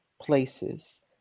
places